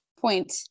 point